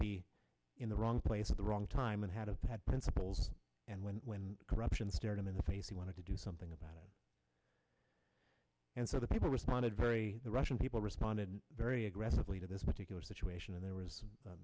be in the wrong place at the wrong time and had of had principles and when corruption stared him in the face he wanted to do something about it and so the people responded very the russian people responded very aggressively to this particular situation and there was